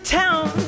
town